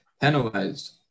penalized